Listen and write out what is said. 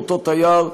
לאותו תייר,